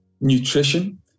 nutrition